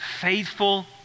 faithful